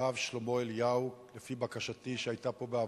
הרב שלמה אליהו, לפי בקשתי שהיתה פה בעבר,